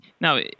Now